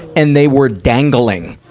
and they were dangling.